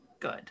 good